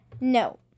No